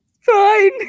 Fine